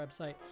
website